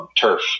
turf